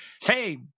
hey